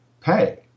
pay